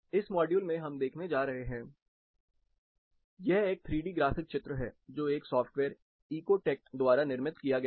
इस मॉड्यूल में हम देखने जा रहे हैंयह एक 3 डी ग्राफिक चित्र है जो एक सॉफ्टवेयर इकोटेक्ट द्वारा निर्मित किया गया है